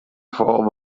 form